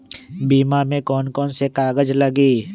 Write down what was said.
बीमा में कौन कौन से कागज लगी?